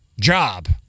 job